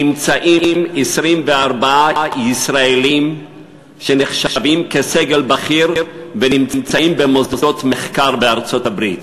נמצאים 24 ישראלים שנחשבים כסגל בכיר במוסדות מחקר בארצות-הברית.